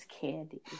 candy